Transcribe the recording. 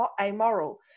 amoral